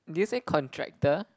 did you say contractor